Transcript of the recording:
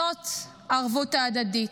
זו הערבות ההדדית.